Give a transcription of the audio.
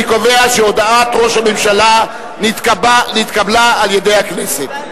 אני קובע שהודעת ראש הממשלה נתקבלה על-ידי הכנסת.